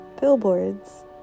billboards